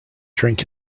drink